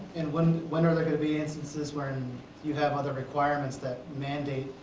and when when are there going to be instances when you have other requirements that mandate